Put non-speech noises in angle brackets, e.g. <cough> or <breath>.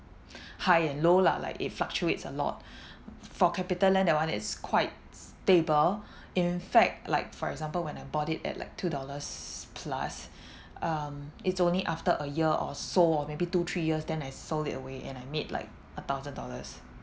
<breath> high and low lah like it fluctuates a lot <breath> for CapitaLand that one is quite stable in fact like for example when I bought it at like two dollars plus <breath> um it's only after a year or so or maybe two three years then I sold it away and I made like a thousand dollars